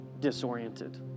disoriented